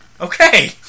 Okay